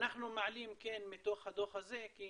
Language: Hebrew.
שאנחנו מעלים מתוך הדוח הזה, כי